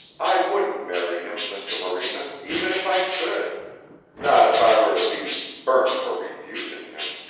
i wouldn't marry him, mr. morena, even if i could not if i were to be burnt for refusing him.